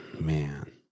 Man